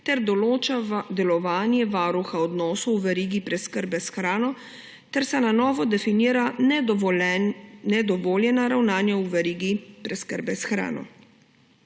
ter določa delovanje Varuha odnosov v verigi preskrbe s hrano ter na novo se definira nedovoljena ravnanja v verigi preskrbe s hrano.